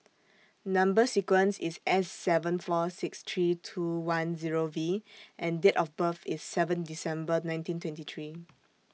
Number sequence IS S seven four six three two one Zero V and Date of birth IS seven December nineteen twenty three